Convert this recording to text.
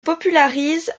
popularise